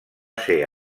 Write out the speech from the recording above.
ser